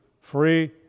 free